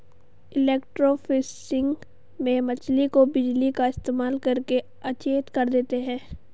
electrofishing में मछली को बिजली का इस्तेमाल करके अचेत कर देते हैं